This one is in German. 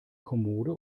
kommode